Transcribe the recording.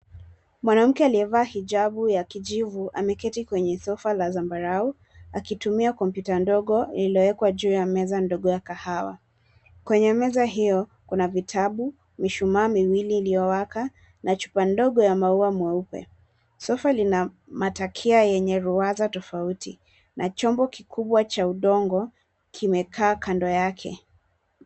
Mwanamke aliyevaa hijabu ya kijivu ameketi kwenye sofa la zambarau akitumia kompyuta ndogo lililowekwa juu ya meza ya kahawa. Kwenye meza hiyo, kuna vitabu, mishumaa miwili iliyowaka na chupa ndogo ya maua mweupe. Sofa lina matakia yenye ruwaza tofauti na chombo kikubwa cha udongo kimekaa kando yake.